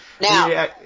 Now